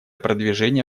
продвижения